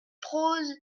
prose